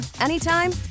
anytime